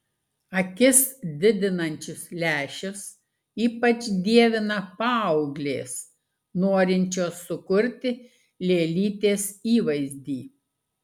akis didinančius lęšius ypač dievina paauglės norinčios sukurti lėlytės įvaizdį